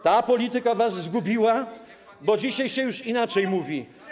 Ta polityka was zgubiła, bo dzisiaj już inaczej się mówi.